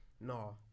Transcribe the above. No